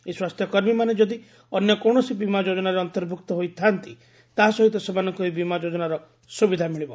ଏହି ସ୍ୱାସ୍ଥ୍ୟକର୍ମୀମାନେ ଯଦି ଅନ୍ୟ କୌଣସି ବୀମା ଯୋଜନାରେ ଅନ୍ତର୍ଭ୍ତକ୍ତ ହୋଇଥାନ୍ତି ତାହାସହିତ ସେମାନଙ୍କ ଏହି ବୀମା ଯୋଜନାର ସ୍ୱବିଧା ମିଳିବ